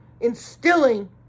instilling